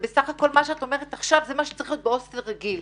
בסך הכל מה שאת אומרת עכשיו זה מה שצריך להיות בהוסטל רגיל.